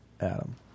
Adam